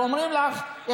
ואומרים לך,